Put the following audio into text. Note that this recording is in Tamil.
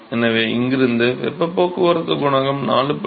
எனவே இங்கிருந்து வெப்பப் போக்குவரத்து குணகம் 4